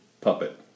puppet